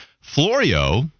Florio